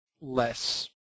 less